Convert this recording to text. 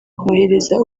kumwoherereza